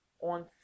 on